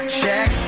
check